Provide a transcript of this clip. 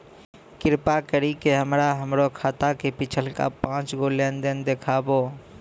कृपा करि के हमरा हमरो खाता के पिछलका पांच गो लेन देन देखाबो